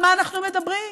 על מה אנחנו מדברים.